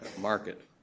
market